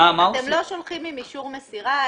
אתם לא שולחים עם אישור מסירה?